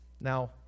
Now